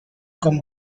con